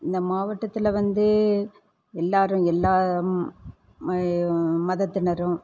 இந்த மாவட்டத்தில் வந்து எல்லாரும் எல்லா மதத்தினரும்